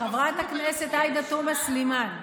חברת הכנסת עאידה תומא סלימאן,